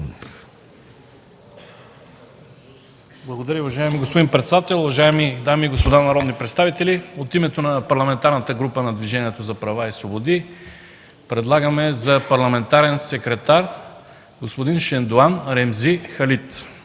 Благодаря. Уважаеми господин председател, уважаеми дами и господа народни представители! От името на Парламентарната група на Движението за права и свободи предлагам за парламентарен секретар господин Шендоан Ремзи Халит.